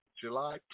July